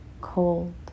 cold